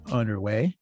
underway